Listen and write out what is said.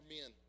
men